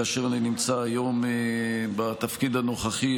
כאשר אני נמצא היום בתפקיד הנוכחי,